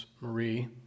Marie